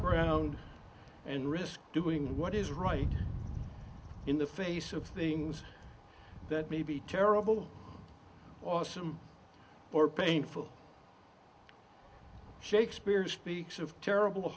ground and risk doing what is right in the face of things that may be terrible awesome or painful shakespear speaks of terrible